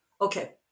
Okay